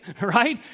right